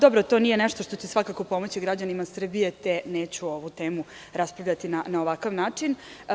To nije nešto što će pomoći građanima Srbije, te neću ovu temu raspravljati na ovakav način.